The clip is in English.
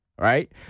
Right